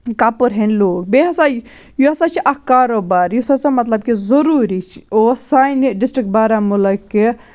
کَپُر ہیٚنٛدۍ لوٗکھ بیٚیہِ ہَسا یہِ ہَسا چھِ اکھ کاروبار یُس ہَسا مطلب کہِ ضُروٗری اوس سانہِ ڈِسٹرک بارہمولہ کہِ